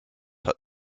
hut